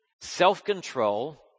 self-control